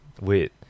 Wait